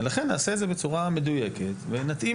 ולכן נעשה את זה בצורה מדויקת ונתאים